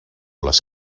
les